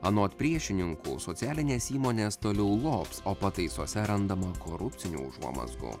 anot priešininkų socialinės įmonės toliau lobs o pataisose randama korupcinių užuomazgų